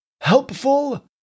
helpful